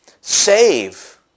save